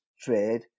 trade